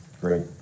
great